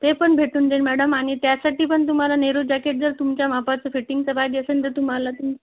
ते पण भेटून जाईल मॅडम आणि त्यासाठी पण तुम्हाला नेहरू जॅकेट जर तुमच्या मापाचं फिटिंगच पाहिजे असेल तर तुम्हाला ते